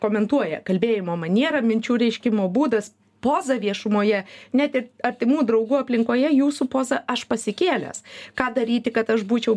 komentuoja kalbėjimo maniera minčių reiškimo būdas poza viešumoje net ir artimų draugų aplinkoje jūsų poza aš pasikėlęs ką daryti kad aš būčiau